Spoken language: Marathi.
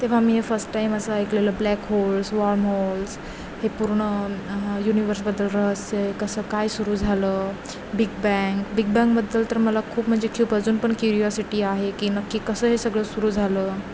तेव्हा मी फस टाईम असं ऐकलेलं ब्लॅक होल्स वॉमहोल्स हे पूर्ण युनिवर्सबद्दल रहस्य आहे कसं काय सुरू झालं बिग बँग बिग बँगबद्दल तर मला खूप म्हणजे खूप अजून पण क्युरियोसिटी आहे की नक्की कसं हे सगळं सुरू झालं